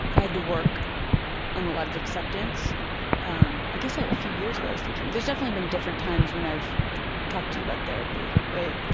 i had to work on a lot of acceptance um i guess a few years ago i was thinking there's definitely been different times when i've talked to you about therapy, right?